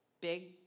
big